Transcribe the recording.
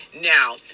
Now